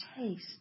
taste